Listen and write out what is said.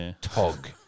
tog